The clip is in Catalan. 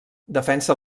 defensa